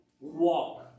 walk